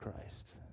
Christ